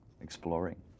Exploring